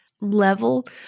level